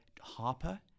Harper